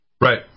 Right